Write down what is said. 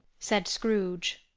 said scrooge.